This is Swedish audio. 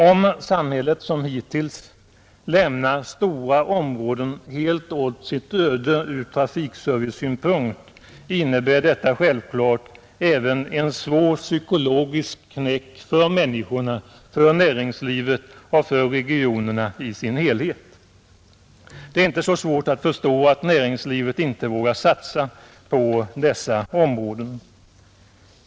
Om samhället som hittills lämnar stora områden helt åt sitt öde från trafikservicesynpunkt innebär detta självklart även en svår psykologisk knäck för människorna, för näringslivet och för regionen i dess helhet. Det är inte så svårt att förstå att näringslivet inte vågar satsa på dessa områden.